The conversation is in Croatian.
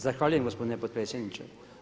Zahvaljujem gospodine potpredsjedniče.